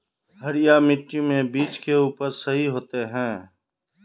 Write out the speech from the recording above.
हरिया मिट्टी में बीज के उपज सही होते है?